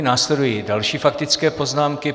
Následují další faktické poznámky.